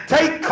Take